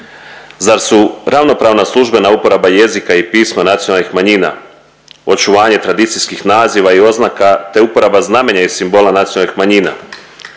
Zar su ravnopravna službena uporaba jezika i pisma nacionalnih manjina očuvanje tradicijskih naziva i oznaka, te uporaba znamenja i simbola nacionalnih manjina,